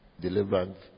deliverance